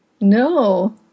No